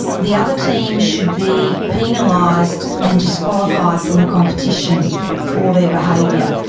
the other team should be penalized and disqualified from the competition for their behavior.